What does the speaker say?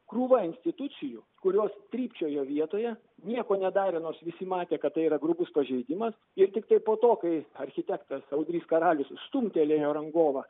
krūva institucijų kurios trypčiojo vietoje nieko nedarė nors visi matė kad tai yra grubus pažeidimas ir tiktai po to kai architektas audrys karalius stumtelėjo rangovą